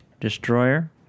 Destroyer